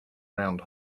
round